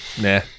Nah